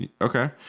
Okay